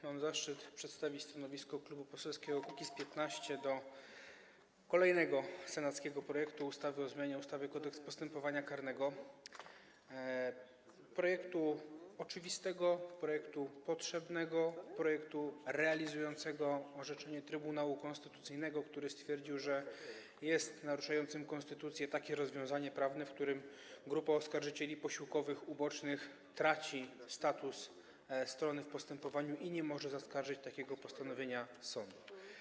Mam zaszczyt przedstawić stanowisko Klubu Poselskiego Kukiz’15 wobec kolejnego senackiego projektu ustawy o zmianie ustawy Kodeks postępowania karnego, projektu oczywistego, projektu potrzebnego, projektu realizującego orzeczenie Trybunału Konstytucyjnego, który stwierdził, że naruszające konstytucję jest takie rozwiązanie prawne, zgodnie z którym grupa oskarżycieli posiłkowych ubocznych traci status strony w postępowaniu i nie może zaskarżyć takiego postanowienia sądu.